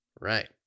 Right